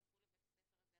תלכו לבית הספר הזה.